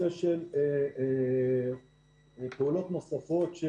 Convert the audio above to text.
לגבי פעולות נוספות.